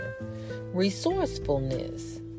Resourcefulness